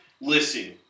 Listen